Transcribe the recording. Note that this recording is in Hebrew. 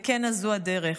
וכן על זו הדרך.